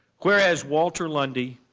whereas walter lundy,